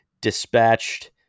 Dispatched